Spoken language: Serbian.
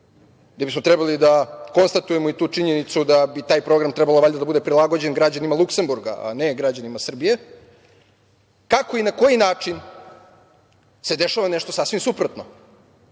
gde bismo trebali da konstatujemo i tu činjenicu da bi taj program trebao valjda da bude prilagođen građanima Luksemburga, a ne građanima Srbije, kako i na koji način se dešava nešto sasvim suprotno,